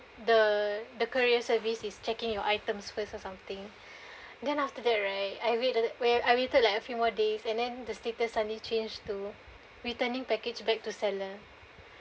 the the courier service is checking your items first or something then after that right I wait a~ where I waited like a few more days and then the status suddenly changed to returning package back to seller